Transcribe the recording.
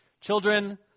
Children